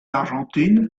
argentine